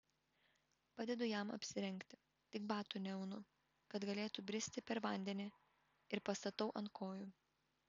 padedu jam apsirengti tik batų neaunu kad galėtų bristi per vandenį ir pastatau ant kojų